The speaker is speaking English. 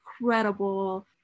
incredible